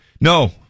No